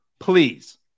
Please